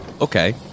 Okay